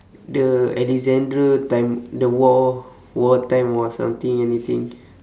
the alexander time the war war time war something anything